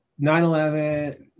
9-11